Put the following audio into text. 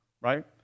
right